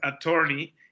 attorney